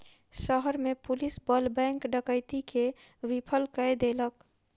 शहर में पुलिस बल बैंक डकैती के विफल कय देलक